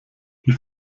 die